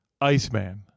Iceman